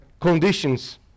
conditions